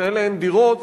דירות